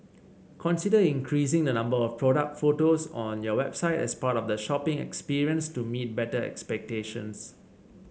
consider increasing the number of product photos on your website as part of the shopping experience to be better expectations